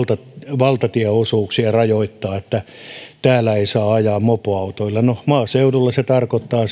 valtatieosuuksia rajoittaa siten että ei saa ajaa mopoautoilla no maaseudulla se tarkoittaa